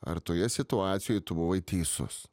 ar toje situacijoj tu buvai teisus